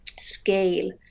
scale